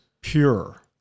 pure